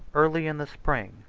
early in the spring,